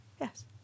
Yes